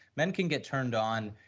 men can get turned on,